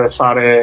fare